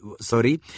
sorry